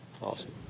Awesome